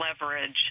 leverage